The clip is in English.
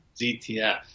ZTF